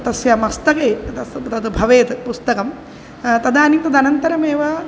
तस्य मस्तके तस् तद् भवेत् पुस्तकं तदानीं तदनन्तरमेव